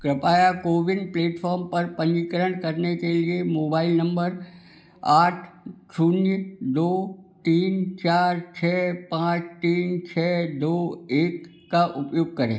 कृपया कोविन प्लेटफ़ॉर्म पर पंजीकरण करने के लिए मोबाइल नम्बर आठ शून्य दो तीन चार छः पाँच तीन छः दो एक का उपयोग करें